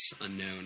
unknown